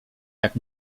jak